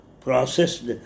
processed